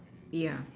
ya